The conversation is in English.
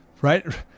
right